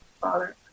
Father